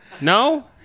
No